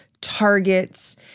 targets